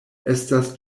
estas